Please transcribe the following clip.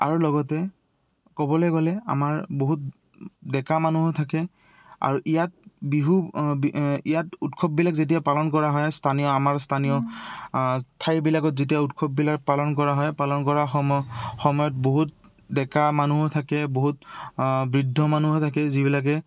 আৰু লগতে ক'বলে গ'লে আমাৰ বহুত ডেকা মানুহো থাকে আৰু ইয়াত বিহু ইয়াত উৎসৱবিলাক যেতিয়া পালন কৰা হয় স্থানীয় আমাৰ স্থানীয় ঠাইবিলাকত যেতিয়া উৎসৱবিলাক পালন কৰা হয় পালন কৰা সম সময়ত বহুত ডেকা মানুহো থাকে বহুত বৃদ্ধ মানুহো থাকে যিবিলাকে